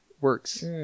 works